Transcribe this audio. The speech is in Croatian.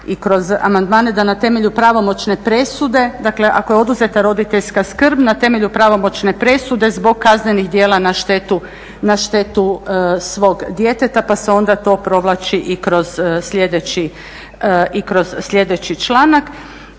i kroz amandmane da na temelju pravomoćne presude, dakle ako je oduzeta roditeljska skrb, na temelju pravomoćne presude zbog kaznenih djela na štetu svog djeteta pa se onda to provlači i kroz sljedeći članak.